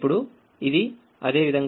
ఇప్పుడు ఇది అదే విధంగా ఉంది